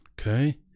Okay